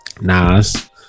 Nas